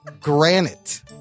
granite